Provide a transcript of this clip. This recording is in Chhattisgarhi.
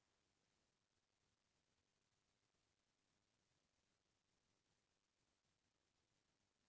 घर के किराना दुकान ल लइका लोग अउ माइलोगन मन ह चला डारथें